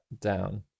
down